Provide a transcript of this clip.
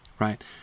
Right